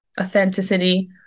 authenticity